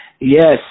Yes